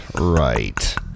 right